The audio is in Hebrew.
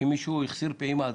אם מישהו החסיר פעימה,